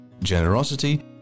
Generosity